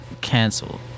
canceled